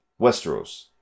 Westeros